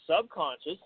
subconscious